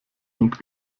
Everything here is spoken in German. und